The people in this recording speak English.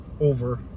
over